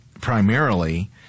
primarily